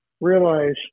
realize